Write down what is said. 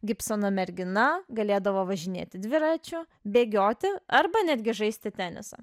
gibsono mergina galėdavo važinėti dviračiu bėgioti arba netgi žaisti tenisą